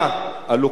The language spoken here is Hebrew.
אלוקציה בעברית,